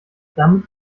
damit